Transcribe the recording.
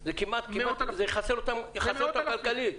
זה יחסל אותם כלכלית.